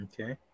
Okay